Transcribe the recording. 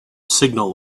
signal